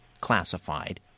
classified